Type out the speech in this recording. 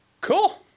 Cool